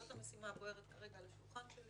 כרגע זאת המשימה הבוערת על השולחן שלי